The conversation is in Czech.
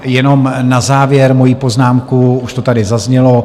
Jenom na závěr moji poznámku, už to tady zaznělo.